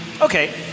Okay